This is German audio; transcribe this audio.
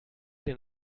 den